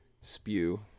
spew